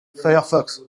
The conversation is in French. firefox